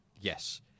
Yes